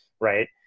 right